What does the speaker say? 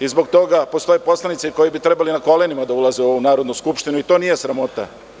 zbog toga postoje poslanici koji bi trebali na kolenima da ulaze u ovu Narodnu skupštinu i to nije sramota.